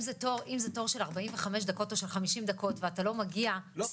אם זה תור של 45 או של 50 דקות ואתה לא מגיע סתם --- לא,